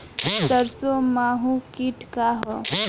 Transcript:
सरसो माहु किट का ह?